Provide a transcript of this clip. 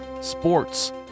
sports